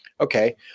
Okay